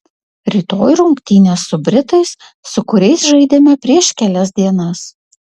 rytoj rungtynės su britais su kuriais žaidėme prieš kelias dienas